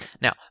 Now